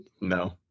no